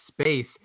space